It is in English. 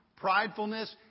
pridefulness